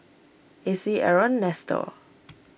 Acy Aron Nestor